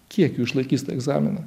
kiek jų išlaikys tą egzaminą